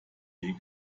weg